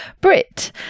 Brit